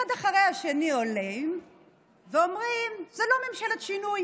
אחד אחרי השני עולים ואומרים: זו לא ממשלת שינוי,